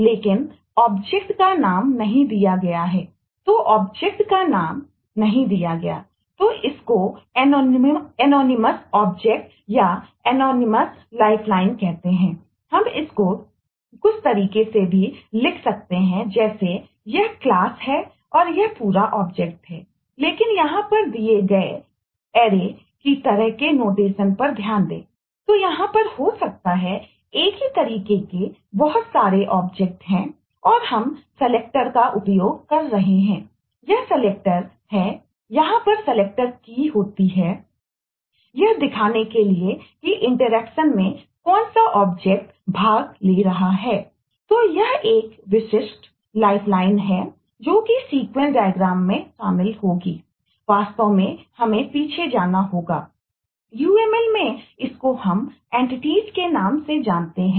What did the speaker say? लेकिन यहां पर दिए गए अरेके नाम से जानते हैं